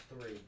three